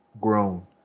grown